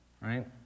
Right